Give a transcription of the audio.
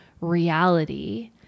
reality